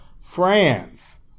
France